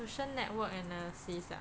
social network analysis ah